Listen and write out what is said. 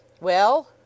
Well